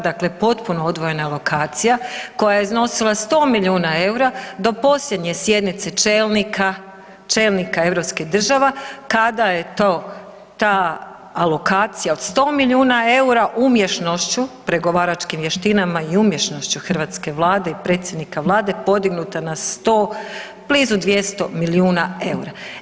Dakle potpuno odvojena alokacija koja je iznosila 100 milijuna eura do posljednje sjednica čelnika, čelnika europskih država kada je ta alokacija od 100 milijuna eura umješnošću, pregovaračkim vještinama i umješnošću hrvatske Vlade i predsjednika Vlade podignuta na 100, blizu 200 milijuna eura.